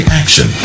action